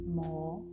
more